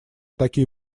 такие